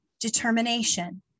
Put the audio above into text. determination